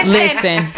listen